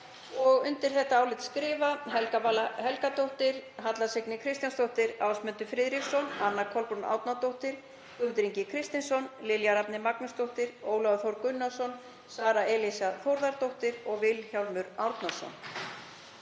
undir álitið skrifa Helga Vala Helgadóttir, Halla Signý Kristjánsdóttir, Ásmundur Friðriksson, Anna Kolbrún Árnadóttir, Guðmundur Ingi Kristinsson, Lilja Rafney Magnúsdóttir, Ólafur Þór Gunnarsson, Sara Elísa Þórðardóttir og Vilhjálmur Árnason.